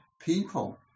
people